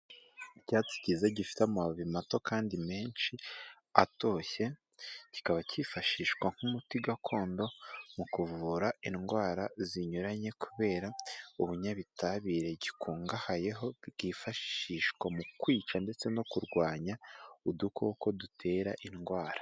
Icyatsi cyiza gifite amababi mato kandi menshi atoshye, kikaba kifashishwa nk'umuti gakondo mu kuvura indwara zinyuranye kubera ubunyabitabire gikungahayeho, bwifashishwa mu kwica ndetse no kurwanya udukoko dutera indwara.